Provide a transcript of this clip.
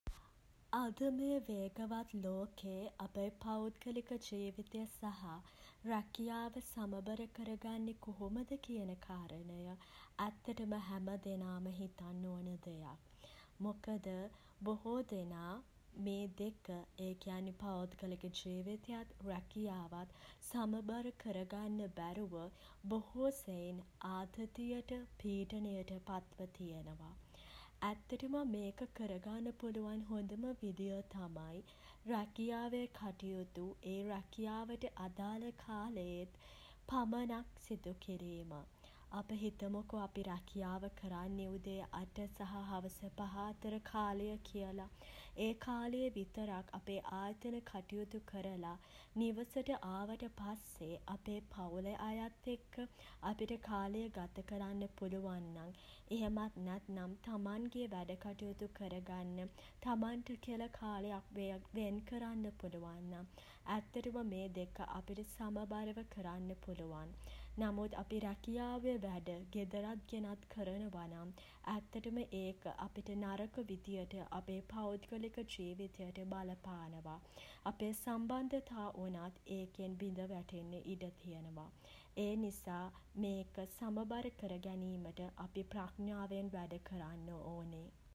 අද මේ වේගවත් ලෝකේ අපේ පෞද්ගලික ජීවිතය සහ රැකියාව සමබර කරගන්නේ කොහොමද කියන කාරණය ඇත්තටම හැම දෙනාම හිතන්න ඕන දෙයක්. මොකද බොහෝ දෙනා මේ දෙක ඒ කියන්නේ පෞද්ගලික ජීවිතයත් රැකියාවත් සමබර කර ගන්න බැරුව බොහෝ සෙයින් ආතතියට පීඩනයට පත්ව තියෙනවා. ඇත්තටම මේක කරගන්න පුළුවන් හොඳම විදිහ තමයි රැකියාවේ කටයුතු ඒ රැකියාවට අදාළ කාලයේ පමණක් සිදු කිරීම. අපි හිතමුකො අපි රැකියාව කරන්නේ උදේ 8 සහ හවස 5 අතර කාලය කියල. ඒ කාලේ විතරක් අපේ ආයතන කටයුතු කරලා නිවසට ආවට පස්සේ අපේ පවුලේ අයත් එක්ක අපිට කාලය ගතකරන්න පුළුවන් නම් එහෙමත් නැත්නම් තමන්ගේ වැඩ කටයුතු කර ගන්න තමන්ට කියලා කාලයක් වෙන් කරන්න පුළුවන් නම් ඇත්තටම මේ දෙක අපිට සමබරව කරන්න පුළුවන්. නමුත් අපි රැකියාවේ වැඩ ගෙදරක් ගෙනත් කරනව නම් ඇත්තටම ඒක අපිට නරක විදිහට අපේ පෞද්ගලික ජීවිතයට බලපානවා. අපේ සම්බන්ධතා වුණත් ඒකෙන් බිඳ වැටෙන්න ඉඩ තියෙනවා. ඒ නිසා මේක සමබර කර ගැනීමට අපි ප්‍රඥාවෙන් වැඩ කරන්න ඕනෙ.